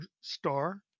star